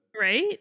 right